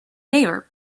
neighbor